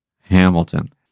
Hamilton